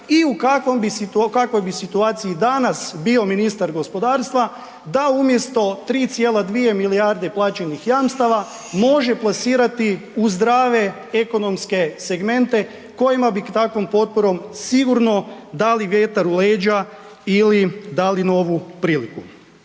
i u kakvom bi situaciji danas bio ministar gospodarstva, da umjesto 3,2 milijarde plaćenih jamstava može plasirati u zdrave ekonomske segmente kojima bi takvom potporom sigurno dali vjetar u leđa ili dali novu priliku.